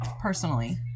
personally